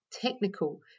technical